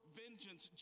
vengeance